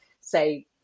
say